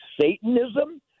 Satanism